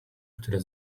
które